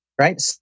right